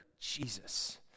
Jesus